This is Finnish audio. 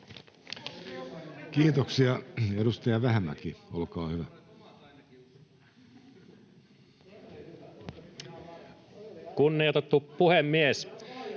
Kiitoksia. — Edustaja Vähämäki, olkaa hyvä.